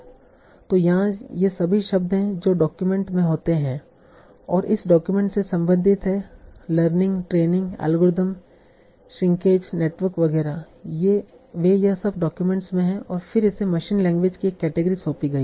तो यहां ये सभी शब्द हैं जो डॉक्यूमेंट में होते हैं तों इस डॉक्यूमेंट से संबंधित है learning training algorithm shrinkage network वगैरह वे यह सब डॉक्यूमेंट हैं और फिर इसे मशीन लैंग्वेज की एक केटेगरी सौंपी गई है